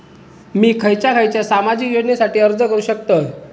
मी खयच्या खयच्या सामाजिक योजनेसाठी अर्ज करू शकतय?